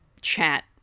chat